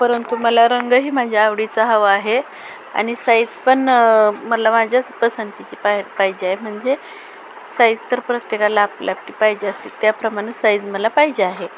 परंतु मला रंगही माझ्या आवडीचा हवा आहे आणि साईज पण मला माझ्याच पसंतीची पाय पाहिजे आहे म्हणजे साईज तर प्रत्येकाला आपली आपली पाहिजे असते त्याप्रमाणे साईज मला पाहिजे आहे